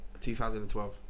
2012